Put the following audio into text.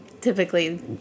typically